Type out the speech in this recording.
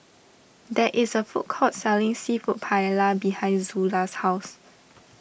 there is a food court selling Seafood Paella behind Zula's house